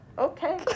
okay